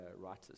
writers